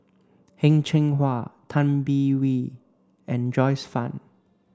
Heng Cheng Hwa Tay Bin Wee and Joyce Fan